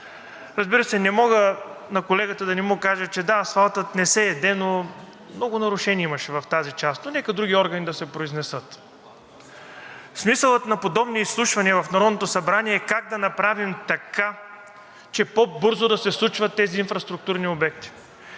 Разбира се, не мога на колегата да не му кажа, че да, асфалтът не се яде, но много нарушения имаше в тази част, но нека други органи да се произнесат. Смисълът на подобни изслушвания в Народното събрание е как да направим така, че по-бързо да се случват тези инфраструктурни обекти.